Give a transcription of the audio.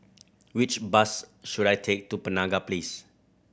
which bus should I take to Penaga Place